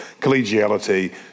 Collegiality